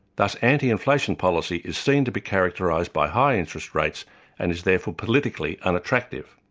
thus anti-inflation policy is seen to be characterised by high interest rates and is therefore politically unattractive.